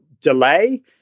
delay